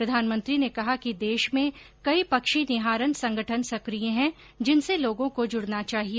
प्रधानमंत्री ने कहा कि देश में कई पक्षी निहारन संगठन सक्रिय हैं जिनसे लोगों को जुड़ना चाहिए